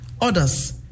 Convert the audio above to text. Others